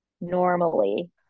normally